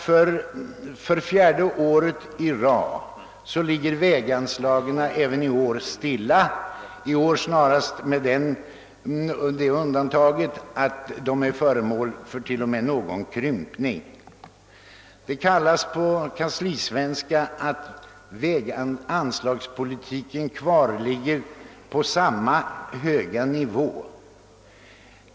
För fjärde året i rad ligger väganslagen stilla — i år med det undantaget att de till och med är något krympta. Det kallas på kanslisvenska att anslagen kvarligger på samma höga nivå.